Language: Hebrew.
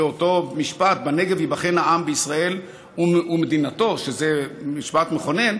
באותו משפט: "בנגב ייבחן העם בישראל ומדינתו"; זה משפט מכונן,